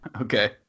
Okay